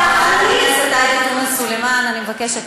תחליטו קודם מה הגבולות.